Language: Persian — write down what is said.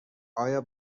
آیا